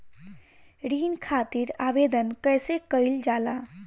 ऋण खातिर आवेदन कैसे कयील जाला?